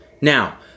Now